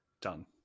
done